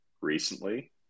recently